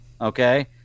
Okay